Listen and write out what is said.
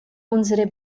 unsere